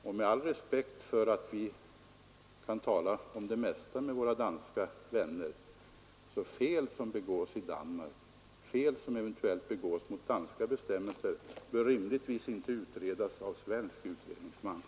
Och med all respekt för att vi kan tala om det mesta med våra danska vänner, så bör rimligtvis fel som begås i Danmark mot danska bestämmelser inte utredas av en svensk utredningsman.